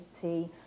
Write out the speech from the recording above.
tea